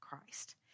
Christ